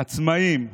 עצמאים,